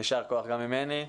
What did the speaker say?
יישר כוח גם ממני.